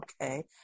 Okay